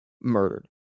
murdered